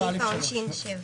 7(א)(3).